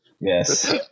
Yes